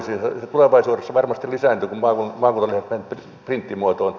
se tulevaisuudessa varmasti lisääntyy kun maakuntalehdet menevät eri muotoon